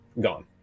gone